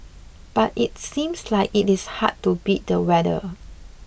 but it seems like it is hard to beat the weather